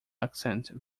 ascent